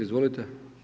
Izvolite.